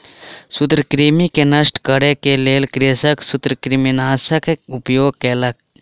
सूत्रकृमि के नष्ट करै के लेल कृषक सूत्रकृमिनाशकक उपयोग केलक